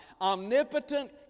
omnipotent